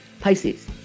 Pisces